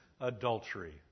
adultery